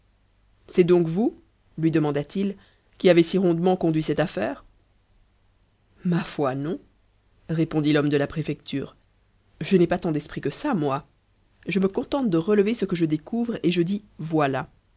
c'est donc vous lui demanda-t-il qui avez si rondement conduit cette affaire ma foi non répondit l'homme de la préfecture je n'ai pas tant d'esprit que ça moi je me contente de relever ce que je découvre et je dis voilà